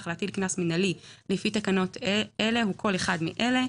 להטיל קנס מינהלי לפי תקנות אלה הוא כל אחד מאלה: